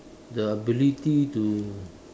the ability to